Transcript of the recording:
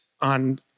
on